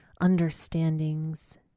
understandings